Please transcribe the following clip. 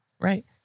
Right